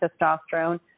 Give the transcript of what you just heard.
testosterone